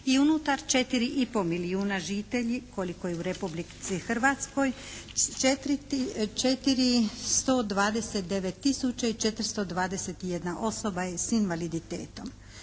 I unutar 4,5 milijuna žitelji koliko je u Republici Hrvatskoj, 429 tisuća i 421 osoba je s invaliditetom.